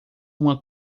uma